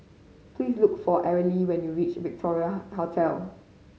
please look for Arly when you reach Victoria Hotel